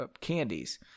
Candies